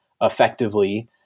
effectively